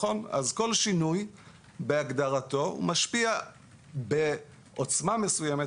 אז כל שינוי בהגדרתו משפיע בעוצמה מסוימת